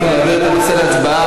אנחנו נעביר את הנושא להצבעה.